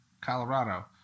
Colorado